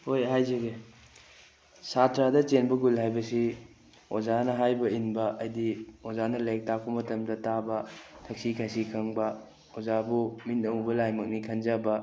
ꯍꯣꯏ ꯍꯥꯏꯖꯒꯦ ꯁꯥꯇ꯭ꯔꯗ ꯆꯦꯟꯕ ꯒꯨꯟ ꯍꯥꯏꯕꯁꯤ ꯑꯣꯖꯥꯅ ꯍꯥꯏꯕ ꯏꯟꯕ ꯍꯥꯏꯗꯤ ꯑꯣꯖꯥꯅ ꯂꯥꯏꯔꯤꯛ ꯇꯥꯛꯄ ꯃꯇꯝꯗ ꯇꯥꯕ ꯊꯛꯁꯤ ꯈꯥꯁꯤ ꯈꯪꯕ ꯑꯣꯖꯥꯕꯨ ꯃꯤꯠꯅ ꯎꯕ ꯂꯥꯏꯃꯛꯅꯤ ꯈꯟꯖꯕ